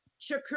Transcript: Shakur